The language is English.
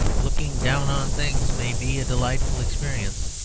looking down on things may be a delightful experience,